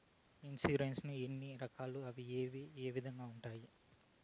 insurance ఎన్ని రకాలు అవి ఏ విధంగా ఉండాయి